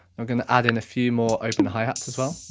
i'm gonna add in a few more open hi-hats as well.